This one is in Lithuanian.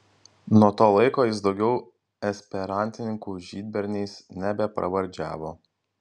nuo to laiko jis daugiau esperantininkų žydberniais nebepravardžiavo